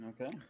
Okay